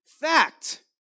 Fact